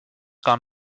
gar